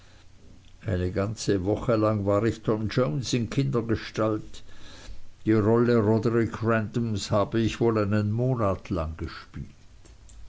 eine ganze woche lang war ich tom jones in kindergestalt die rolle roderick randoms habe ich wohl einen monat lang gespielt